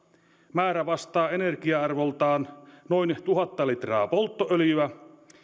määrä vastaa energia arvoltaan noin tuhatta litraa polttoöljyä